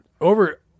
over